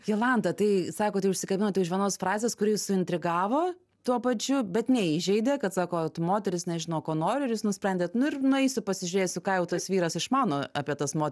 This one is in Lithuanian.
jolanta tai sakote užsikabinote už vienos frazės kuri jus suintrigavo tuo pačiu bet neįžeidė kad sako t moterys nežino ko nori ir jūs nusprendėt nu ir nueisiu pasižiūrėsiu ką jau tas vyras išmano apie tas mot